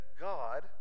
God